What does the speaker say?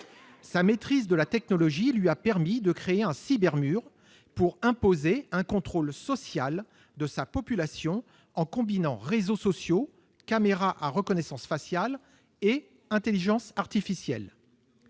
Sa maîtrise de la technologie lui a permis de créer un « cybermur » pour imposer un contrôle social à sa population, en combinant réseaux sociaux, caméras à reconnaissance faciale et intelligence artificielle.